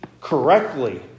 correctly